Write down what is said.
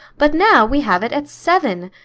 but now we have it at seven.